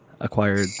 acquired